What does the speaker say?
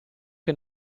che